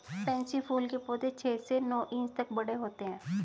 pansy फूल के पौधे छह से नौ इंच तक बड़े होते हैं